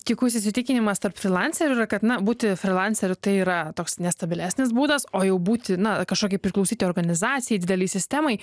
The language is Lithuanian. tykus įsitikinimas tarp frylancerių yra kad na būti frilanceriu tai yra toks nestabilesnis būdas o jau būti na jau kažkokį priklausyti organizacijai didelei sistemai